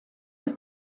the